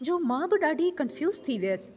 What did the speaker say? जो मां बि ॾाढी कंफ़्यूज़ थी वियसि